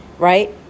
right